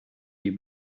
die